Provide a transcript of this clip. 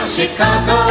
Chicago